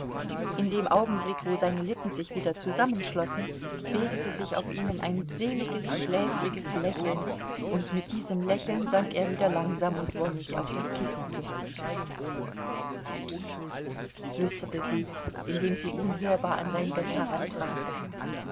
in dem augenblick wo seine lippen sich wieder zusammenschlossen bildete sich auf ihnen ein seliges schläfriges lächeln und mit diesem lächeln sank er wieder langsam und wonnig auf das kissen zurück sergei flüsterte sie indem sie unhörbar an sein bett